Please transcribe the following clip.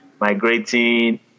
migrating